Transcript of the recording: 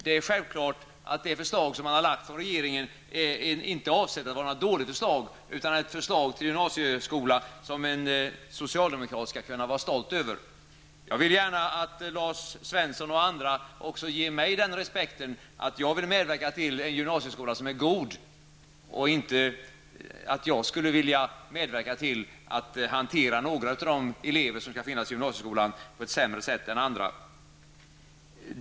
Det är självklart, sade jag, att det av regeringen framlagda förslaget inte är avsett att vara dåligt, utan att det är ett förslag till gymnasieskola som en socialdemokrat skall kunna vara stolt över. Jag vill gärna att Lars Svensson och andra ger mig samma respekt genom att säga att också jag vill medverka till en god gymnasieskola och inte medverka till att hantera vissa elever på gymnasieskolan på ett sämre sätt än andra.